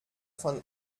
von